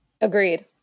Agreed